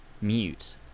mute